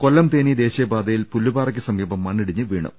കൊല്ലം തേനി ദേശീയപാതയിൽ പുല്ലുപാറക്ക് സമീപം മണ്ണിടിഞ്ഞ് വീണു